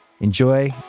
enjoy